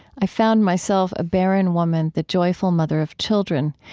i found myself, a barren woman, the joyful mother of children.